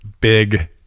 big